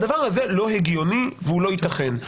הדבר הזה לא הגיוני והוא לא ייתכן.